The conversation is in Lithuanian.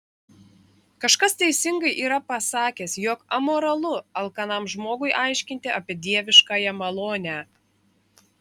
kažkas teisingai yra pasakęs jog amoralu alkanam žmogui aiškinti apie dieviškąją malonę